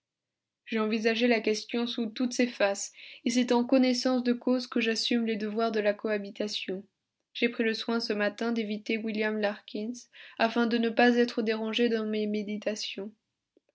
j'ai envisagé la question sous toutes ses faces et c'est en connaissance de cause que j'assume les devoirs de la cohabitation j'ai pris le soin ce matin d'éviter william larkins afin de ne pas être dérangé dans mes méditations